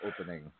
opening